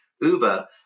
Uber